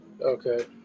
Okay